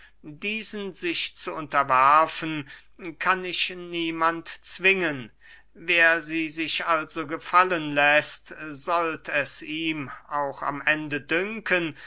diesen sich zu unterwerfen kann ich niemand zwingen wer sie sich also gefallen läßt sollt es ihm auch am ende dünken